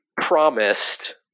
promised